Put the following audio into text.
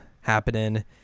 happening